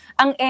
ang